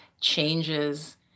changes